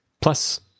Plus